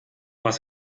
was